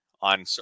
on